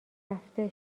رفته